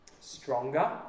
stronger